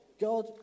god